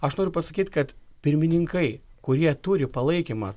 aš noriu pasakyt kad pirmininkai kurie turi palaikymą